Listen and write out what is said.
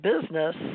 business